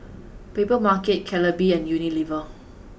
Papermarket Calbee and Unilever